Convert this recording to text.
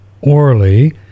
orally